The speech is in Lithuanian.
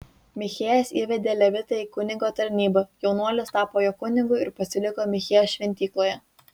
michėjas įvedė levitą į kunigo tarnybą jaunuolis tapo jo kunigu ir pasiliko michėjo šventykloje